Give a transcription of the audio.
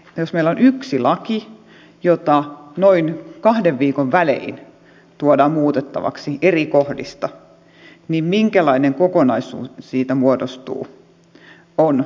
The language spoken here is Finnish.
jos meillä on yksi laki jota noin kahden viikon välein tuodaan muutettavaksi eri kohdista niin minkälainen kokonaisuus siitä muodostuu se on hankala hallittava